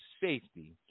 safety